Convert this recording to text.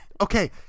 okay